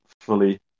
fully